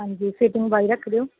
ਹਾਂਜੀ ਫੀਟਿੰਗ ਬਾਈ ਰੱਖ ਦਿਓ